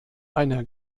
einer